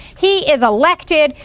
he is elected.